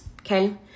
okay